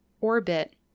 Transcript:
orbit